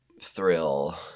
thrill